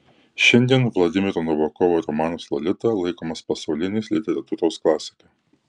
šiandien vladimiro nabokovo romanas lolita laikomas pasaulinės literatūros klasika